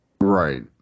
Right